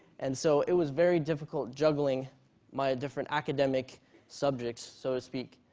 and so it was very difficult juggling my different academic subjects, so to speak.